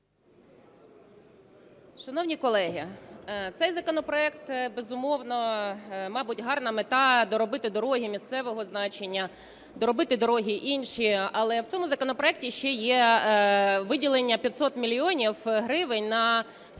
Шановні колеги, цей законопроект... Безумовно, мабуть, гарна мета – доробити дороги місцевого значення, доробити дороги інші. Але в цьому законопроекті ще є виділення 500 мільйонів гривень